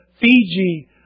Fiji